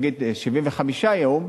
נגיד 75 יום,